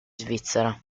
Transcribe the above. svizzera